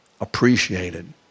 appreciated